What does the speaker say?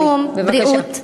ותחום בריאות הנפש.